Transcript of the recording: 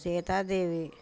Sitadevi